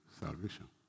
salvation